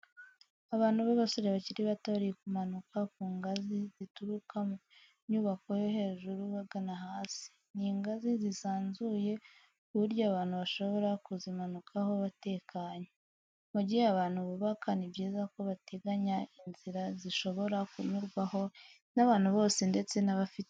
Abantu b'abasore bakiri bato bari kumanuka ku ngazi zituruka mu nyubako yo hejuru bagana hasi, ni ingazi zisanzuye ku buryo abantu bashobora kuzimanukaho batekanye. Mu gihe abantu bubaka ni byiza ko bateganya inzira zishobora kunyurwaho n'abantu bose ndetse n'abafite ubumuga.